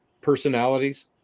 personalities